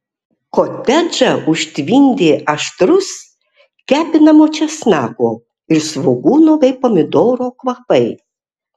kotedžą užtvindė aštrūs kepinamo česnako ir svogūno bei pomidoro kvapai